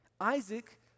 Isaac